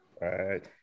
right